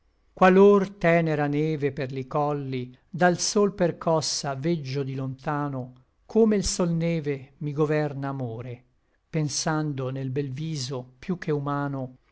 qualor tenera neve per li colli dal sol percossa veggio di lontano come l sol neve mi governa amore pensando nel bel viso piú che humano